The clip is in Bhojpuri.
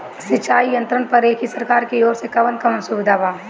सिंचाई यंत्रन पर एक सरकार की ओर से कवन कवन सुविधा बा?